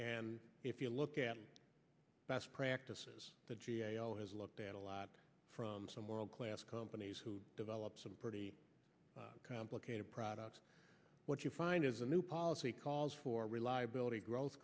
and if you look at best practices the g a o has looked at a lot from some world class companies who developed some pretty complicated products what you find is a new policy calls for reliability growth